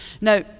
Now